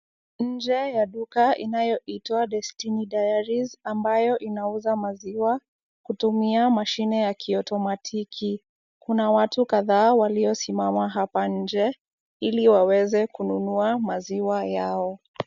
Nje ya duka inayoitwa Destiny Diaries ambayo inauza maziwa kutumia mashine ya kiotomatiki . Kuna watu kadhaa waliosimama hapa nje, ili waweze kununua maziwa yao.